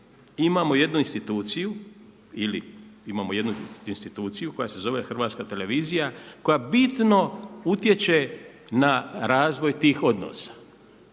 imamo jednu instituciju koja se zove Hrvatska televizija, koja bitno utječe na razvoj tih odnosa,